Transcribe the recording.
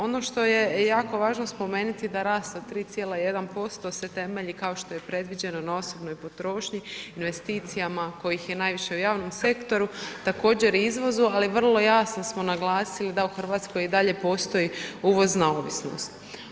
Ono što je jako važno spomenuti da rast od 3,1% se temelji kao što je predviđeno na osobnoj potrošnji, investicijama kojih je najviše u javnom sektoru, također i izvozu ali vrlo jasno smo naglasili da u Hrvatskoj i dalje postoji uvozna ovisnost.